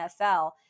NFL